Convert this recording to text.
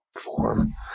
form